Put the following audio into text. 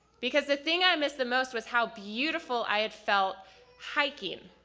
because the thing i missed the most was how beautiful i had felt hiking.